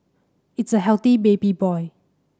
it's a healthy baby boy